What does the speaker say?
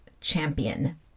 champion